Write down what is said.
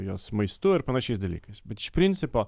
jos maistu ir panašiais dalykais bet iš principo